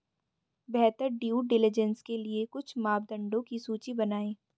बेहतर due diligence के लिए कुछ मापदंडों की सूची बनाएं?